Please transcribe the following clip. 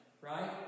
Right